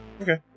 Okay